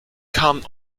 kamen